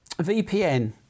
VPN